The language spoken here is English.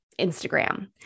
Instagram